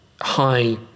High